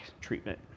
treatment